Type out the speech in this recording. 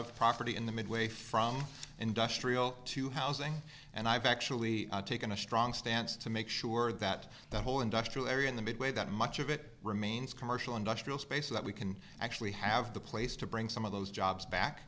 of property in the midway from industrial to housing and i've actually taken a strong stance to make sure that the whole industrial area in the mid way that much of it remains commercial industrial space so that we can actually have the place to bring some of those jobs